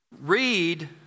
read